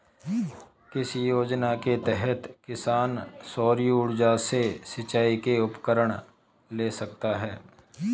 किस योजना के तहत किसान सौर ऊर्जा से सिंचाई के उपकरण ले सकता है?